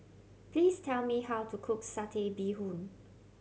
please tell me how to cook Satay Bee Hoon